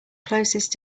closest